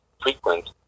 frequent